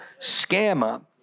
scammer